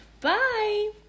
Bye